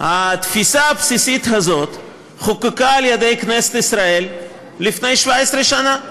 התפיסה הבסיסית הזאת חוקקה על ידי כנסת ישראל לפני 17 שנה,